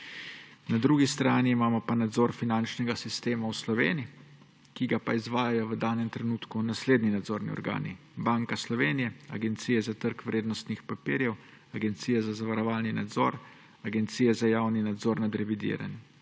Na drugi strani imamo pa nadzor finančnega sistema v Sloveniji, ki ga pa izvajajo v danem trenutku naslednji nadzorni organi: Banka Slovenije, Agencija za trg vrednostnih papirjev, Agencija za zavarovalni nadzor, Agencija za javni nadzor nad revidiranjem.